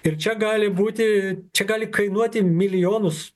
ir čia gali būti čia gali kainuoti milijonus